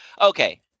Okay